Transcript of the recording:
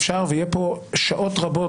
אפשר ויהיו פה שעות רבות,